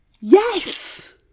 Yes